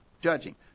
Judging